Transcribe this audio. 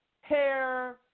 hair